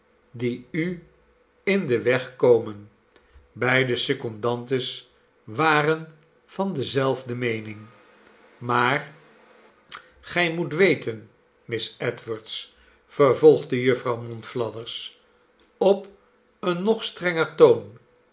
die u in den weg komen beide secondantes waren van dezelfde meening maar gij moet weten miss edwards vervolgde jufvrouw monflathers op een nog stronger toon